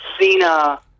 Cena